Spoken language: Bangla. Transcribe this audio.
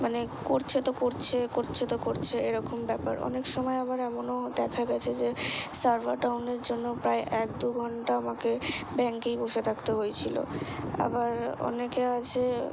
মানে করছে তো করছে করছে তো করছে এরকম ব্যাপার অনেক সময় আবার এমনও দেখা গেছে যে সার্ভার ডাউনের জন্য প্রায় এক দু ঘন্টা আমাকে ব্যাংকেই বসে থাকতে হয়েছিলো আবার অনেকে আছে